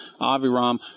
Aviram